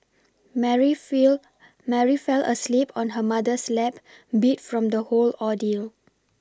Mary feel Mary fell asleep on her mother's lap beat from the whole ordeal